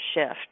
shift